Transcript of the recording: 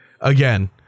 Again